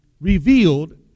Revealed